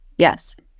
Yes